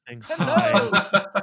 Hello